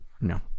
No